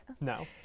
No